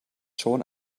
schon